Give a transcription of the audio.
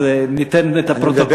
אני אומר, אז ניתן את הפרוטוקול.